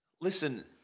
Listen